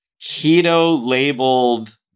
keto-labeled